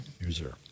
User